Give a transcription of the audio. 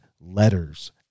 letters